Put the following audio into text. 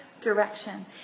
Direction